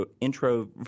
intro